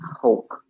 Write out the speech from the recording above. hope